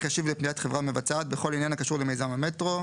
ישיב לפניית חברה מבצעת בכל עניין הקשור למיזם המטרו,